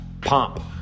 pomp